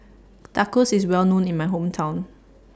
Tacos IS Well known in My Hometown